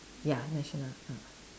ya national ah